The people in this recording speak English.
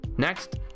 Next